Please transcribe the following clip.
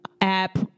App